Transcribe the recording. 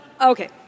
okay